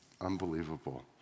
Unbelievable